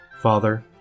Father